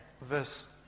verse